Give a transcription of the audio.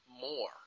more